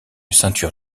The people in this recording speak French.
ceinture